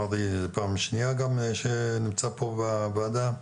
ראדי פעם שנייה שנמצא פה בוועדה.